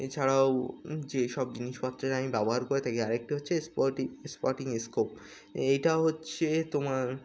এছাড়াও যেসব জিনিসপত্রের আমি ব্যবহার করে থাকি আরেকটি হচ্ছে স্পটিং স্কোপ এইটা হচ্ছে তোমার